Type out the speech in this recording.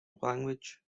language